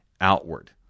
outward